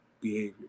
behavior